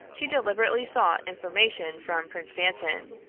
she deliberately sought information from prince dantan.